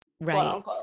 Right